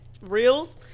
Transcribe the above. reels